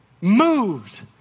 moved